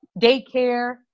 daycare